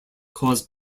caused